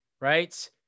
right